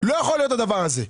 לא יכול להיות הדבר הזה.